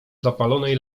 zapalonej